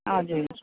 हजुर